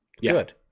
Good